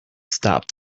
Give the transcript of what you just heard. stopped